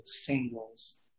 singles